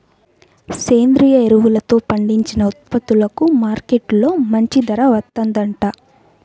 సేంద్రియ ఎరువులతో పండించిన ఉత్పత్తులకు మార్కెట్టులో మంచి ధర వత్తందంట